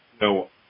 no